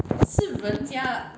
mm